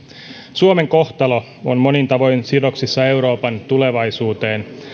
suomen kohtalo on monin tavoin sidoksissa euroopan tulevaisuuteen